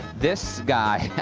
this guy,